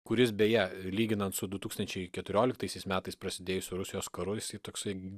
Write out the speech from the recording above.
kuris beje lyginant su du tūkstančiai keturioliktaisiais metais prasidėjusiu rusijos karu jisai toksai